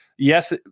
Yes